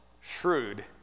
shrewd